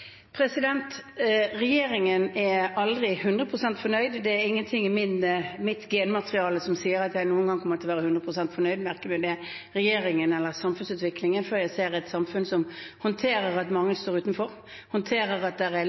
Regjeringen er aldri 100 pst. fornøyd. Det er ingenting i mitt genmateriale som tilsier at jeg noen gang kommer til å være 100 pst. fornøyd, verken med regjeringen eller med samfunnsutviklingen, før jeg ser et samfunn som håndterer at mange står utenfor, at det er